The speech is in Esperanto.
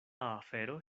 afero